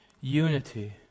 Unity